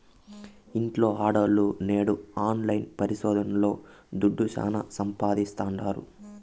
ఇంట్ల ఆడోల్లు నేడు ఆన్లైన్ పరిశోదనల్తో దుడ్డు శానా సంపాయిస్తాండారు